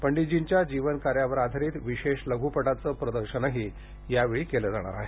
पंडितजींच्या जीवन कार्यावर आधारित विशेष लघ्पटाचं प्रदर्शनही यावेळी केलं जाणार आहे